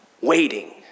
waiting